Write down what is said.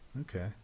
okay